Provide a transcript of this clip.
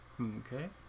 Okay